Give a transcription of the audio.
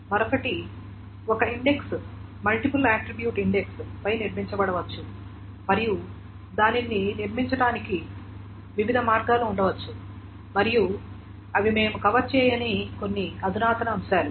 మరొకటి ఒక index multiple attribute index పై నిర్మించబడవచ్చు మరియు దానిని నిర్మించడానికి వివిధ మార్గాలు ఉండవచ్చు మరియు ఇవి మేము కవర్ చేయని కొన్ని అధునాతన అంశాలు